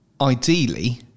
ideally